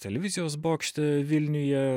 televizijos bokšte vilniuje